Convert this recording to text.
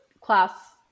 class